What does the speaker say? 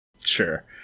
sure